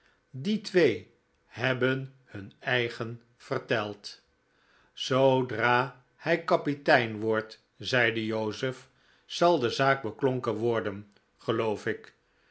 die twee hebben hun eigen verteld zoodra hij kapitein wordt zeide joseph zal de zaak beklonken worden geloof ik